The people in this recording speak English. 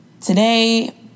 today